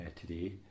today